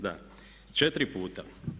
Da, četiri puta.